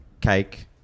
Cake